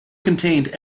contained